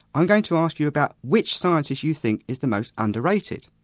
i'm going to ask you about which scientist you think is the most underrated.